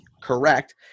correct